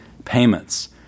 payments